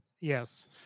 yes